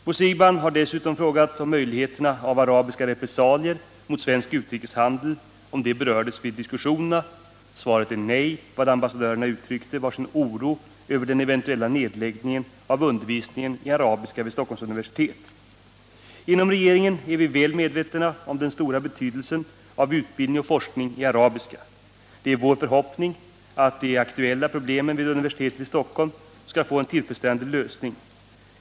Bo Siegbahn har dessutom frågat om möjligheten av arabiska repressalier mot svensk utrikeshandel berörts vid diskussionerna. Svaret är nej. Vad ambassadörerna uttryckte var sin oro över den eventuella nedläggningen av undervisningen i arabiska vid Stockholms universitet. Inom regeringen är vi väl medvetna om den stora betydelsen av utbildning och forskning i arabiska. Det är vår förhoppning att de aktuella problemen vid universitetet i Stockholm skall få en tillfredsställande lösning.